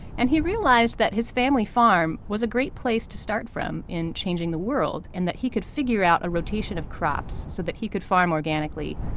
and he realized that his family farm was a great place to start from in changing the world, and that he could figure out a rotation of crops so that he could farm organically.